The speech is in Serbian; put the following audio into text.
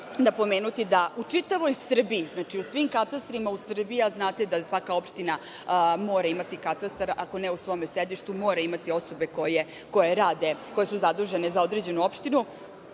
napomenuti da u čitavoj Srbiji, znači u svim katastrima u Srbiji, a znate da svaka opština mora imati katastar, ako ne u svom sedištu mora imati osobe koje rade, koje su zadužene za određenu opštinu. Znači,